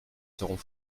seront